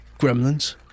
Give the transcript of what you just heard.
Gremlins